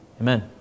Amen